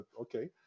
okay